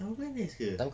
time N_S ke